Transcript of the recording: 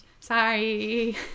Sorry